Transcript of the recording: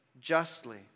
justly